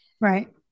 right